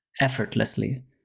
effortlessly